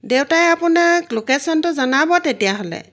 দেউতাই আপোনাক লোকেশ্যনটো জনাব তেতিয়াহ'লে